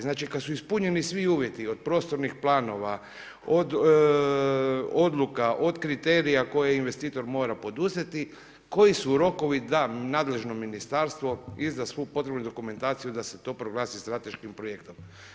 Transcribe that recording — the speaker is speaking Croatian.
Znači kada su ispunjeni svi uvjeti od prostornih planova, od odluka, od kriterija koje investitor mora poduzeti koji su rokovi da nadležno ministarstvo izda svu potrebnu dokumentaciju da se to proglasi strateškim projektom.